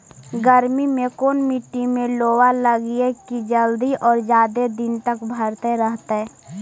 गर्मी में कोन मट्टी में लोबा लगियै कि जल्दी और जादे दिन तक भरतै रहतै?